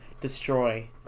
destroy